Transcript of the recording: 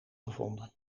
gevonden